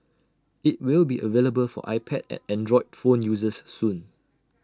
IT will be available for iPad and Android phone users soon